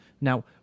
now